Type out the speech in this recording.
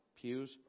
pews